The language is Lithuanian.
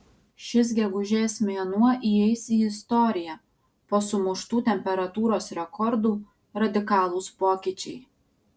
šis gegužės mėnuo įeis į istoriją po sumuštų temperatūros rekordų radikalūs pokyčiai